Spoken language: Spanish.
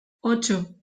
ocho